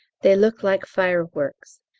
they look like fireworks.